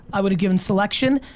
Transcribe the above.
i would've given selection,